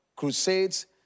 Crusades